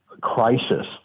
crisis